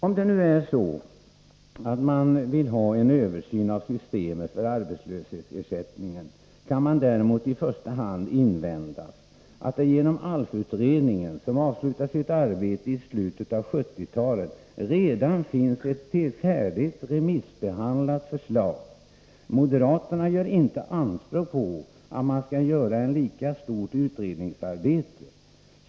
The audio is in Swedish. Om det nu är så att man vill ha en översyn av systemet för arbetslöshetsersättningar kan det däremot i första hand invändas att det genom ALF utredningen, som avslutade sitt arbete i slutet av 1970-talet, redan finns ett färdigt och remissbehandlat förslag. Moderaterna gör inte anspråk på att man skall göra ett lika stort utredningsarbete.